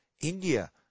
India